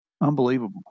Unbelievable